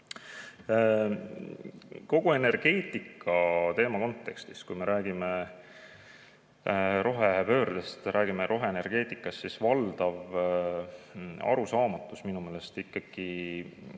Kogu energeetikateema kontekstis, kui me räägime rohepöördest, räägime roheenergeetikast, siis valdav arusaamatus minu meelest on ikkagi